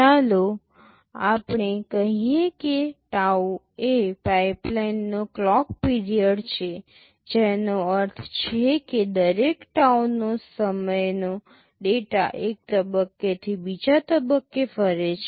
ચાલો આપણે કહીએ કે tau એ પાઇપલાઇનનો ક્લોક પીરિયડ છે જેનો અર્થ છે કે દરેક tau નો સમયનો ડેટા એક તબક્કેથી બીજા તબક્કે ફરે છે